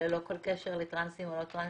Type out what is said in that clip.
ללא כל קשר לטרנסים או לא טרנסים.